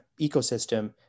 ecosystem